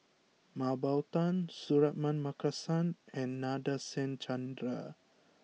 Mah Bow Tan Suratman Markasan and Nadasen Chandra